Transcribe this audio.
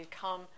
come